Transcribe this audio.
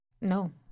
No